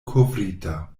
kovrita